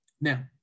Now